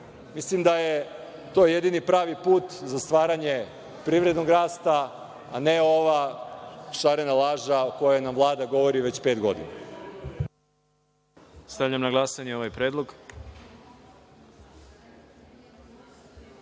Mislim da je to jedini pravi put za stvaranje privrednog rasta, a ne ova šarena laža o kojoj nam Vlada govori već pet godina. **Đorđe Milićević** Stavljam